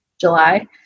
July